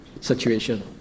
situation